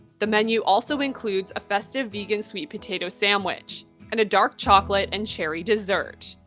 the menu also includes a festive vegan sweet potato sandwich and a dark chocolate and cherry dessert.